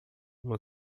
uma